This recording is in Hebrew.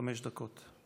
חמש דקות.